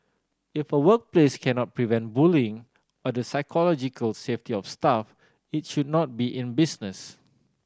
if a workplace cannot prevent bullying or the psychological safety of staff it should not be in business